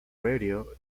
radio